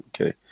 okay